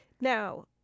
Now